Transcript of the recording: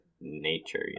nature